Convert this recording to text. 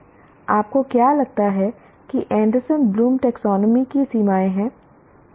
आपको क्या लगता है कि एंडरसन ब्लूम टैक्सोनॉमी की सीमाएं हैं